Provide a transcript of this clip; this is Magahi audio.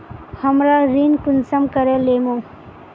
हमरा ऋण कुंसम करे लेमु?